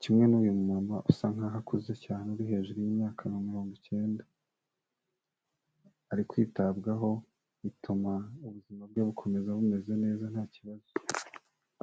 kimwe n'uyu muntu usa nkaho akuze cyane uri hejuru y'imyaka mirongo icyenda ari kwitabwaho bituma ubuzima bwe bumeze neza nta kibazo.